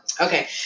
Okay